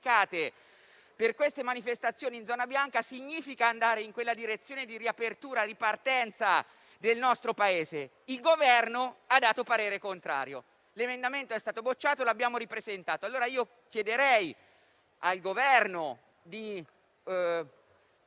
per dette manifestazioni in zona bianca significa andare in una direzione di riapertura e ripartenza del nostro Paese. Il Governo ha dato parere contrario, l'emendamento è stato bocciato e l'abbiamo ripresentato in Aula. Allora, chiederei al Governo di